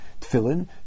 Tefillin